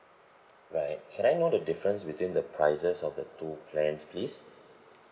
right can I know the difference between the prices of the two plans please